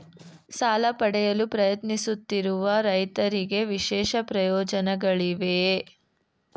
ಸಾಲ ಪಡೆಯಲು ಪ್ರಯತ್ನಿಸುತ್ತಿರುವ ರೈತರಿಗೆ ವಿಶೇಷ ಪ್ರಯೋಜನಗಳಿವೆಯೇ?